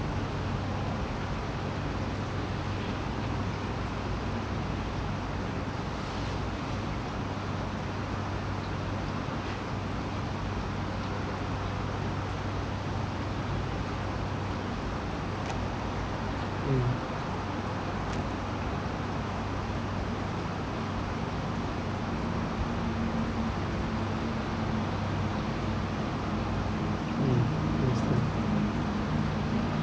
mm mm